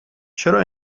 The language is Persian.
چرا